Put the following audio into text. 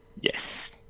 Yes